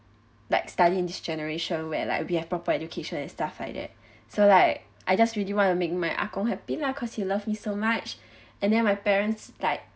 like study in this generation where like we have proper education and stuff like that so like I just really want to make my ah gong happy lah because he loves me so much and then my parents like